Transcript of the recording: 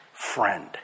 friend